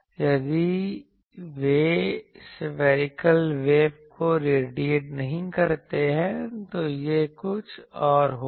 यदि वे spherical wave को रेडिएट नहीं करते हैं तो यह कुछ और होगा